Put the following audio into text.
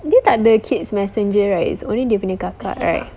dia tak ada kids messenger right it's only dia punya kakak right